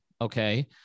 Okay